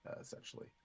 essentially